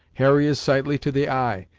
harry is sightly to the eye,